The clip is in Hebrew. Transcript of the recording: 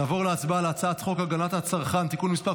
נעבור להצבעה על הצעת חוק הגנת הצרכן (תיקון מס'